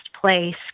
place